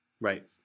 Right